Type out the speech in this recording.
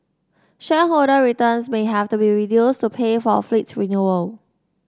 shareholder returns may have to be reduced to pay for a fleet renewal